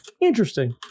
interesting